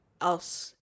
else